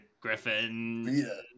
Griffin